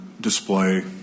Display